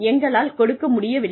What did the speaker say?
எங்களால் கொடுக்க முடியவில்லை